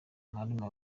marume